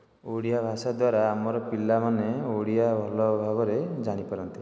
ଓଡ଼ିଆ ଭାଷା ଦ୍ୱାରା ଆମର ପିଲାମାନେ ଓଡ଼ିଆ ଭଲ ଭାବରେ ଜାଣିପାରନ୍ତି